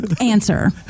answer